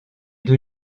deux